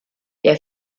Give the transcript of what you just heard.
der